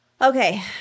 Okay